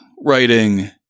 writing